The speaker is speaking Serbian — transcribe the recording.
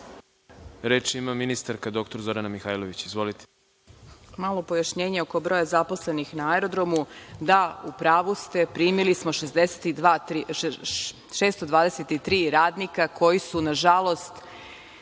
ima ministarka dr Zorana Mihajlović. Izvolite. **Zorana Mihajlović** Malo pojašnjenje oko broja zaposlenih na aerodromu. Da, u pravu ste, primili smo 623 radnika koji su nažalost